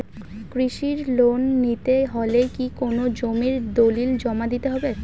কৃষি লোন নিতে হলে কি কোনো জমির দলিল জমা দিতে হবে?